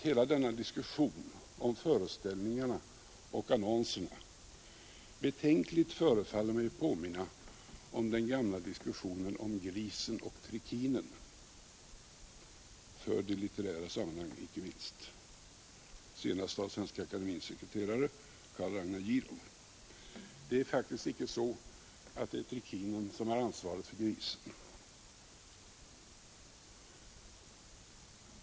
Hela denna diskussion om föreställningarna och annonserna förefaller mig betänkligt påminna om den gamla diskussionen om grisen och trikinen, förd i litterära sammanhang icke minst senast av Svenska akademiens sekreterare Karl Ragnar Gierow. Det är faktiskt icke trikinen som har ansvaret för grisen.